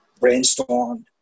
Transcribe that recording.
brainstormed